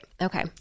Okay